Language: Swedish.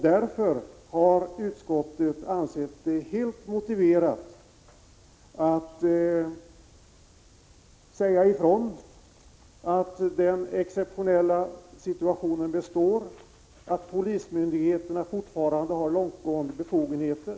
Därför har utskottet ansett det helt motiverat att säga ifrån att den exceptionella situationen består och att polismyndigheterna fortfarande har långtgående befogenheter.